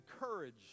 courage